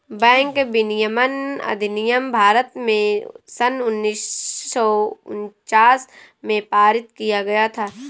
bank विनियमन अधिनियम भारत में सन उन्नीस सौ उनचास में पारित किया गया था